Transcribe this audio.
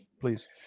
please